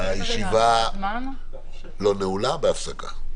הישיבה בהפסקה.